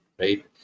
right